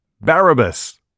Barabbas